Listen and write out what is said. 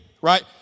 Right